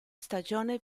stagione